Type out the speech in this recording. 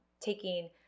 taking